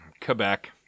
Quebec